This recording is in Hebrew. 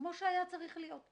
כמו שהיה צריך להיות.